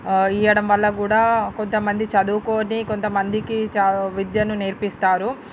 ఈయడం వల్ల కూడా కొంతమంది చదువుకొని కొంతమందికి చ విద్యను నేర్పిస్తారు